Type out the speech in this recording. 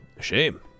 shame